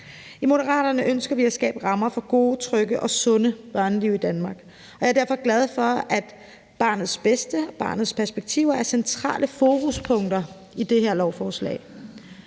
I Moderaterne ønsker vi at skabe rammer for gode, trygge og sunde børneliv i Danmark, og jeg er derfor glad for, at barnets bedste og barnets perspektiver er centrale fokuspunkter i det her lovforslag.